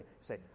say